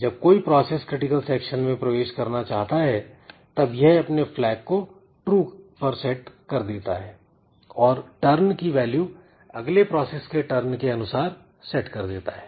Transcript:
जब कोई process critical section में प्रवेश करना चाहता है तब यह अपने फ्लैग को ट्रू पर सेट कर देता है और turn की वैल्यू अगले प्रोसेस के टर्न के अनुसार सेट कर देता है